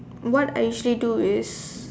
what I usually do is